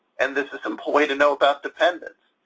and this is important to know about dependents.